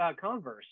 Converse